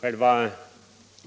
Själva